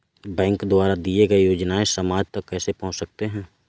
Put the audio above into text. Bank द्वारा दिए गए योजनाएँ समाज तक कैसे पहुँच सकते हैं?